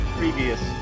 previous